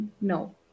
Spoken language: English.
No